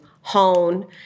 hone